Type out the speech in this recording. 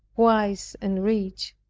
wise and rich,